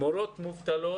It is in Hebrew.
מורות מובטלות.